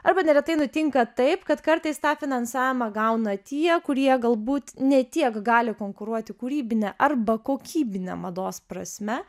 arba neretai nutinka taip kad kartais tą finansavimą gauna tie kurie galbūt ne tiek gali konkuruoti kūrybine arba kokybine mados prasme